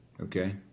okay